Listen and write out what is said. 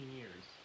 years